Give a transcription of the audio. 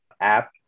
app